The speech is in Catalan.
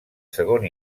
segon